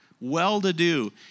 well-to-do